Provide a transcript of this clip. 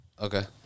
Okay